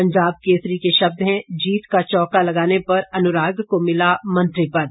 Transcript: पंजाब केसरी के शब्द हैं जीत का चौका लगाने पर अनुराग को मिला मंत्री पद